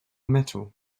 metal